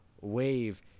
wave